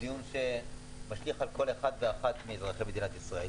דיון שמשליך על כל אחד ואחת מאזרחי מדינת ישראל.